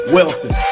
Wilson